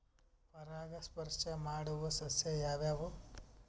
ಪರಾಗಸ್ಪರ್ಶ ಮಾಡಾವು ಸಸ್ಯ ಯಾವ್ಯಾವು?